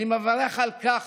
אני מברך על כך